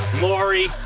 Lori